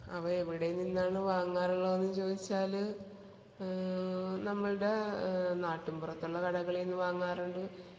അവ എവിടെ നിന്നാണ് വാങ്ങാറുള്ളതെന്ന് ചോദിച്ചാൽ നമ്മളുടെ നാട്ടും പുറത്തുള്ള കടകളിൽനിന്ന് വാങ്ങാറുണ്ട്